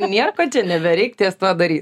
nieko čia nebereik ties tuo daryt